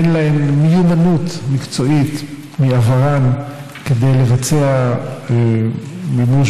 אין להן מיומנות מקצועית מעברן כדי לבצע מימוש